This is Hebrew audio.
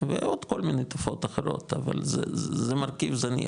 ועוד כל מיני תופעות אחרות, אבל זה מרכיב זניח,